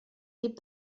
tip